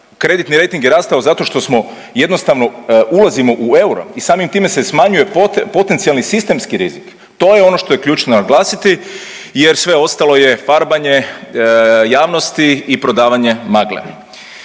Kreditni rejting je rastao zato što smo jednostavno ulazimo u euro i samim time se smanjuje potencijalni sistemski rizik, to je ono što je ključno naglasiti jer sve ostalo je farbanje javnosti i prodavanje magle.